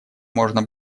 можно